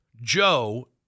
Joe